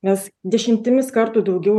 mes dešimtimis kartų daugiau